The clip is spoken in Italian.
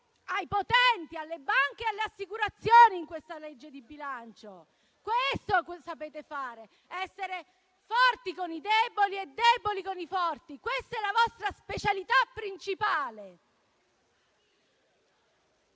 ai potenti, alle banche e alle assicurazioni, in questa legge di bilancio. Questo sapete fare: essere forti con i deboli e deboli con i forti. Questa è la vostra specialità principale.